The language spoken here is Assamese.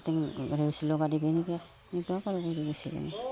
ৰছী লগা দিবি এনেকৈ